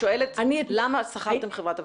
למה שכרתם חברת אבטחה?